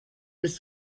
with